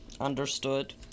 understood